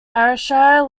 ayrshire